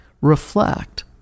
reflect